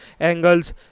angles